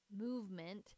movement